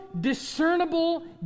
discernible